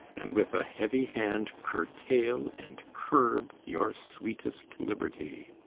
and with a heavy hand curtail and curb your sweetest liberty.